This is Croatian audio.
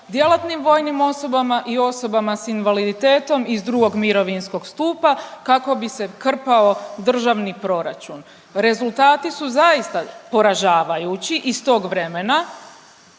djelatnim vojnim osobama i osobama s invaliditetom iz drugog mirovinskog stupa kako bi se krpao državni proračun. Rezultati su zaista poražavajući iz tog vremena,